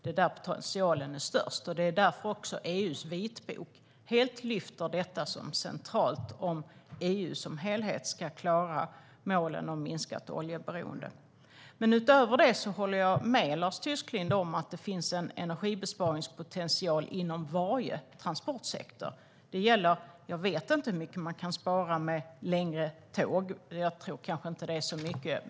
Det är där potentialen är störst. Det är också därför EU:s vitbok lyfter detta som helt centralt om EU som helhet ska klara målen om minskat oljeberoende. Utöver det håller jag med Lars Tysklind om att det finns en energibesparingspotential inom varje transportsektor. Jag vet inte hur mycket man kan spara med längre tåg. Jag tror kanske inte att det är så mycket.